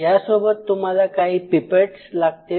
या सोबत तुम्हाला काही पिपेट्स लागतील